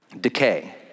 decay